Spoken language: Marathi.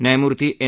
न्यायमूर्ती एन